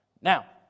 Now